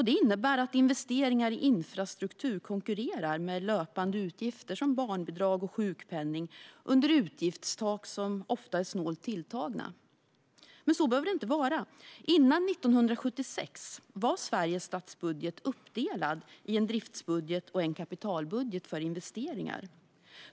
Det innebär att investeringar i infrastruktur konkurrerar med löpande utgifter som barnbidrag och sjukpenning under utgiftstak som ofta är snålt tilltagna. Men så behöver det inte vara. Före 1976 var Sveriges statsbudget uppdelad i en driftsbudget och en kapitalbudget för investeringar.